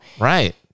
Right